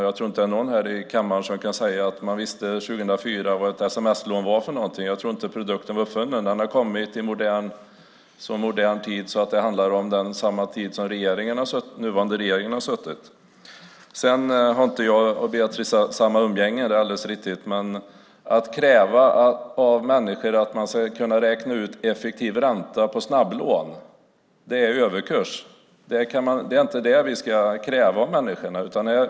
Jag tror inte att någon här i kammaren kan säga att man visste 2004 vad ett sms-lån var för någonting. Jag tror inte att produkten var uppfunnen. Den har kommit i så modern tid att det handlar om samma tid som nuvarande regering har suttit vid makten. Jag och Beatrice Ask har inte samma umgänge, det är alldeles riktigt. Men man kan inte kräva av människor att de ska kunna räkna ut effektiv ränta på snabblån. Det är överkurs. Det är inte det vi ska kräva av människorna.